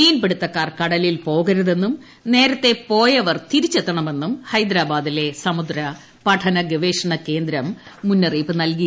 മീൻ പിടുത്തക്കാർ കടലിൽ പോകരുതെന്നും നേരത്തെപോയവർ തിരിച്ചെത്തണമെന്നും ഹൈദരബാദിലെ സമുദ്ര പഠന ഗവേഷണ കേന്ദ്രം മുന്നറിയിപ്പു നൽകി